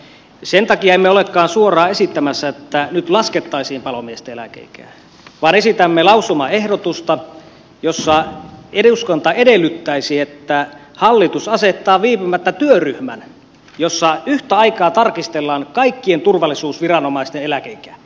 sen takia emme olekaan suoraan esittämässä että nyt laskettaisiin palomiesten eläkeikää vaan esitämme lausumaehdotusta jossa eduskunta edellyttäisi että hallitus asettaa viipymättä työryhmän jossa yhtä aikaa tarkistellaan kaikkien turvallisuusviranomaisten eläkeikää